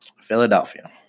Philadelphia